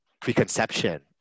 preconception